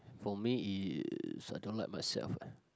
for me is I don't like myself